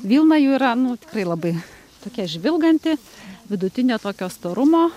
vilna jų yra nu tikrai labai tokia žvilganti vidutinė tokio storumo